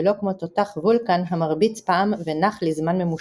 ולא כמו תותח וולקן המרביץ פעם ונח לזמן ממושך.